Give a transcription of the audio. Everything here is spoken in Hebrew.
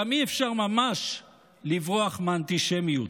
גם אי-אפשר ממש לברוח מאנטישמיות.